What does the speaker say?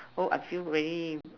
oh I feel very